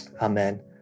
Amen